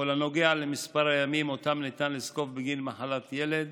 בכל הנוגע למספר הימים שאותם ניתן לזקוף בגין מחלת ילד